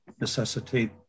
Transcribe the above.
necessitate